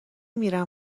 میرم